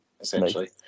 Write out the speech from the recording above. essentially